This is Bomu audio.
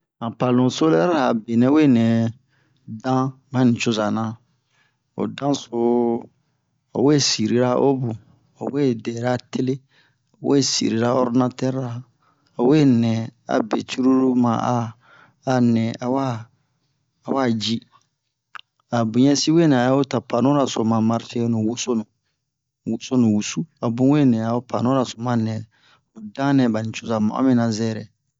han pano solɛrira a benɛ we nɛ dan ɓa nucozo na ho dan so ho wee sirira omu ho we dɛra tele ho we sirira ɔrdinatɛri ho we nɛ a be curulu ma a a nɛ a wa a wa ji a muyɛsi a ho ta panora ma marshe ho ni wosonu ni wosonu wusu a bun we nɛ ho dan nɛ ɓa nucoza ma'o mina zɛrɛ